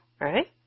right